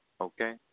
Okay